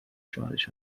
شوهرش